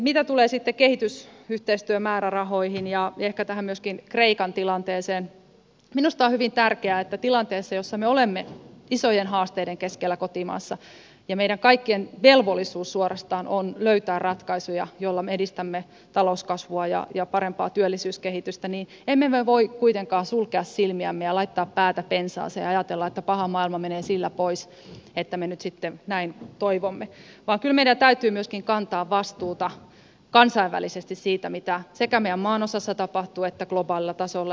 mitä tulee sitten kehitysyhteistyömäärärahoihin ja ehkä myöskin tähän kreikan tilanteeseen minusta on hyvin tärkeää että tilanteessa jossa me olemme isojen haasteiden keskellä kotimaassa ja meidän kaikkien on suorastaan velvollisuus löytää ratkaisuja joilla me edistämme talouskasvua ja parempaa työllisyyskehitystä me emme voi kuitenkaan sulkea silmiämme ja laittaa päätä pensaaseen ja ajatella että paha maailma menee sillä pois että me nyt sitten näin toivomme vaan kyllä meidän täytyy myöskin kantaa vastuuta kansainvälisesti siitä mitä tapahtuu sekä meidän maanosassa että globaalilla tasolla